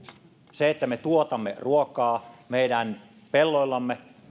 se että me tuotamme ruokaa meidän pelloillamme